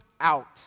out